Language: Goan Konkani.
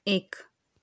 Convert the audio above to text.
एक